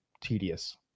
tedious